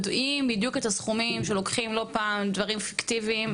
יודעים שלא פעם לוקחים כספים לדברים פיקטיביים,